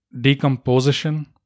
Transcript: decomposition